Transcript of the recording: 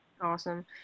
Awesome